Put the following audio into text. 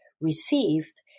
received